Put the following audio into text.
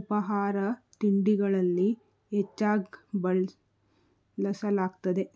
ಉಪಾಹಾರ ತಿಂಡಿಗಳಲ್ಲಿ ಹೆಚ್ಚಾಗ್ ಬಳಸಲಾಗ್ತದೆ